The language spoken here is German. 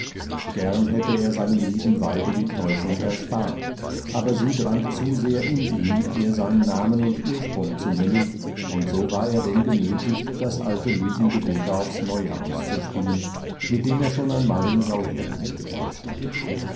gern hätte er seinem lieben weibe die täuschung erspart aber sie drang zu sehr in ihn ihr seinen namen und ursprung zu nennen und so war er denn genötigt das alte lügengewebe aufs neue auszuspinnen mit dem er schon einmal den sauhirten getäuscht hatte